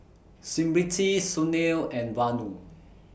Smriti Sunil and Vanu